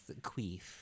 queef